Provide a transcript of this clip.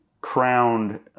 crowned